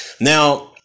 now